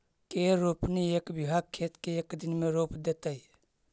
के रोपनी एक बिघा खेत के एक दिन में रोप देतै?